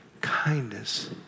kindness